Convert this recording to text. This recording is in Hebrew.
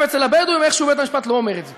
אגב, אצל הבדואים איכשהו בית-המשפט לא אומר את זה.